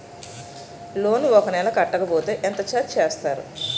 Loan ఒక నెల కట్టకపోతే ఎంత ఛార్జ్ చేస్తారు?